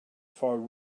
for